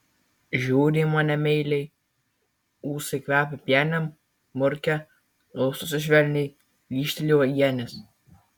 žiūri į mane meiliai ūsai kvepia pienėm murkia glaustosi švelniai lyžteli uogienės